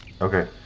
Okay